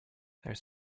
they